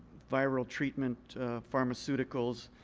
viral treatment pharmaceuticals,